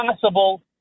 possible